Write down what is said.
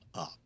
up